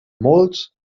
molts